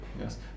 yes